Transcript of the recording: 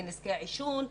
לנזקי עישון,